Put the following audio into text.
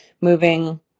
moving